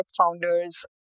founders